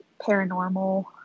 paranormal